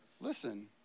listen